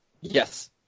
Yes